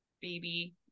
baby